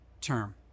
term